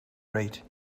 rate